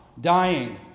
dying